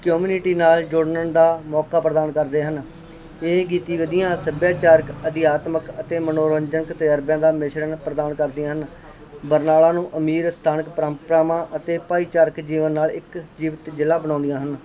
community ਨਾਲ ਜੁੜਨ ਦਾ ਮੌਕਾ ਪ੍ਰਦਾਨ ਕਰਦੇ ਹਨ ਇਹ ਗਤੀਵਿਧੀਆਂ ਸੱਭਿਆਚਾਰਕ ਅਧਿਆਤਮਿਕ ਅਤੇ ਮਨੋਰੰਜਕ ਤਜ਼ਰਬਿਆ ਦਾ ਮਿਸ਼ਰਣ ਪ੍ਰਦਾਨ ਕਰਦੀਆਂ ਹਨ ਬਰਨਾਲਾ ਨੂੰ ਅਮੀਰ ਸਥਾਨਕ ਪਰੰਪਰਾਵਾਂ ਅਤੇ ਭਾਈਚਾਰਕ ਜੀਵਨ ਨਾਲ ਇੱਕ ਜੀਵਤ ਜ਼ਿਲ੍ਹਾ ਬਣਾਉਂਦੀਆਂ ਹਨ